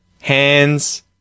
hands